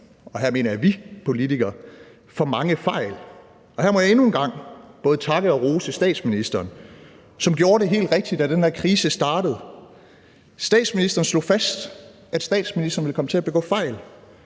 og hermed mener jeg vi politikere, for mange fejl. Og her må jeg endnu en gang både takke og rose statsministeren, som gjorde det helt rigtige, da den her krise startede. Statsministeren slog fast, at statsministeren ville komme til at begå fejl,